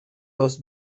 the